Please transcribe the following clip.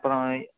அப்புறம்